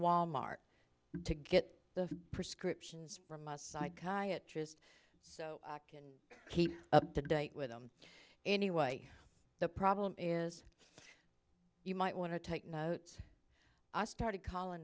wal mart to get the prescriptions or must psychiatry's so i can keep up to date with them anyway the problem is you might want to take notes i started calling